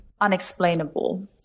unexplainable